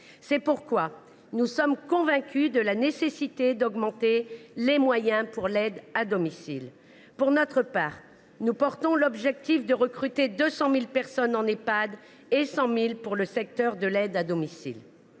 C’est pourquoi nous sommes convaincus de la nécessité d’augmenter les moyens en faveur de l’aide à domicile. Pour notre part, nous défendons l’objectif de recruter 200 000 personnes en Ehpad et 100 000 personnes pour le secteur de l’aide à domicile.